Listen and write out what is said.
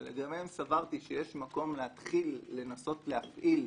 שלגביהם סברתי שיש מקום להתחיל לנסות להפעיל,